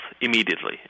immediately